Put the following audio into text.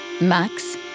Max